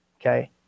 okay